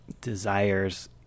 desires